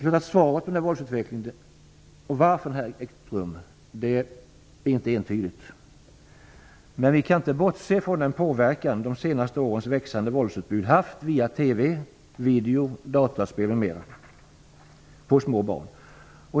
När det gäller den här våldsutvecklingen och varför den ägt rum är svaret inte entydigt. Vi kan dock inte bortse från den påverkan som de senaste årens växande våldsutbud via TV, video, dataspel m.m. haft på små barn.